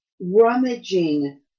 rummaging